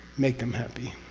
make them happy.